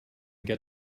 get